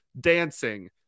dancing